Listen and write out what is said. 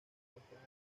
muestran